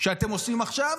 שאתם עושים עכשיו